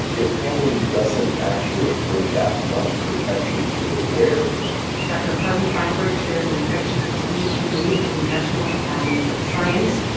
it probably doesn't actually afford that much protection to the wearer dr. harvey fineberg chairs an infectious disease committee of the national academies of science.